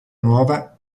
nuova